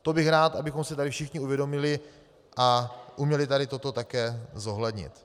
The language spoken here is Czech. To bych rád, abychom si tady všichni uvědomili a uměli tady toto také zohlednit.